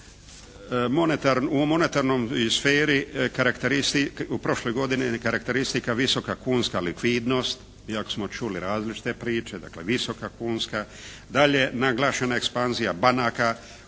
U monetarnoj sferi u prošloj godini je karakteristika visoka kunska likvidnost, iako smo čuli različite priče, dakle visoka kunska. Dalje naglašena ekspanzija banaka.